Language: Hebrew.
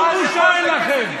שום בושה אין לכם.